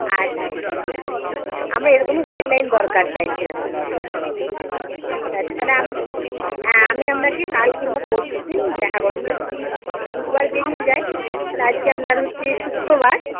আচ্ছা ঠিক আছে হ্যাঁ আমরা এরকমই গাইডলাইন দরকার চাইছিলাম আর কি হ্যাঁ ঠিক আছে তাহলে হ্যাঁ আমি আপনাকে কাল কিম্বা পরশুদিন দেখা করবো আমরা যদি বুধবার বেড়িয়ে যাই তাহলে আজকে আপনার হচ্ছে শুক্রবার